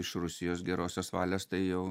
iš rusijos gerosios valios tai jau